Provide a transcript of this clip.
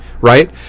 right